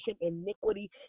iniquity